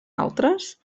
altres